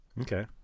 Okay